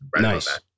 Nice